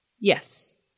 Yes